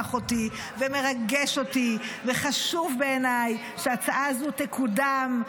אותי ומרגש אותי וחשוב בעיניי שההצעה הזו תקודם.